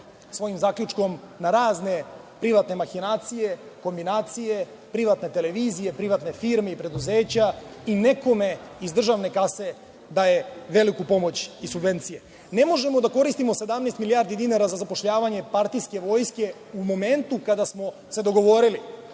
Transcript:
svojim zaključkom na razne privatne mahinacije, kombinacije, privatne televizije, privatne firme i preduzeća i nekome iz državne kase daje veliku pomoć i subvencije. Ne možemo da koristimo 17 milijardi dinara za zapošljavanje partijske vojske u momentu kada smo se dogovorili